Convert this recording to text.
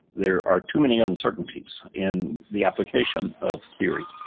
there are too many uncertainties in the application of theory.